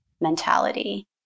mentality